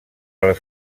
les